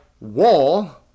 wall